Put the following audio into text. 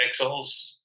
pixels